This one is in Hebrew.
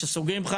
כשסוגרים לך